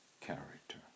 character